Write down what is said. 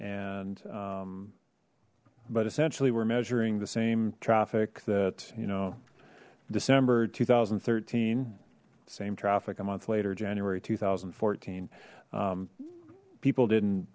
and but essentially we're measuring the same traffic that you know december two thousand and thirteen same traffic a month later january two thousand and fourteen people didn't